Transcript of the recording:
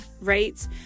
right